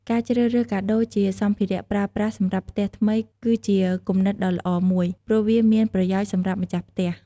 ការជ្រើសរើស កាដូរជាសម្ភារៈប្រើប្រាស់សម្រាប់ផ្ទះថ្មី គឺជាគំនិតដ៏ល្អមួយ ព្រោះវាមានប្រយោជន៍សម្រាប់ម្ចាស់ផ្ទះ។